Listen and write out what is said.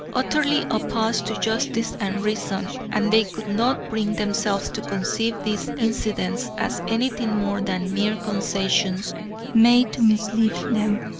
utterly opposed to justice and reason, and they could not bring themselves to conceive these incidents as anything more than mere concessions made to mislead them.